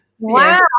Wow